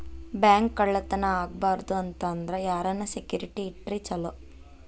Bank ಕಳ್ಳತನಾ ಆಗ್ಬಾರ್ದು ಅಂತ ಅಂದ್ರ ಯಾರನ್ನ ಸೆಕ್ಯುರಿಟಿ ಇಟ್ರ ಚೊಲೊ?